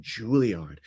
Juilliard